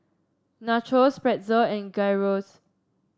Nachos Pretzel and Gyros